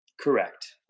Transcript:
Correct